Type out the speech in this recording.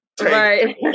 Right